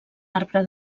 arbre